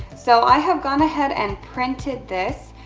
so, i have gone ahead and printed this.